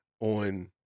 on